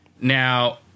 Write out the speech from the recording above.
Now